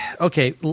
Okay